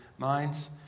minds